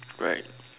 right